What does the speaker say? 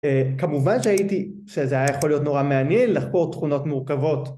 כמובן שהייתי, שזה היה יכול להיות נורא מעניין, לחפור תכונות מורכבות